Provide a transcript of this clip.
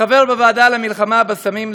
כחבר בוועדה למלחמה בסמים,